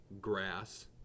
grass